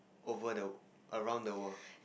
over the around the world